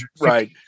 Right